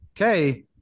okay